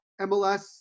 MLS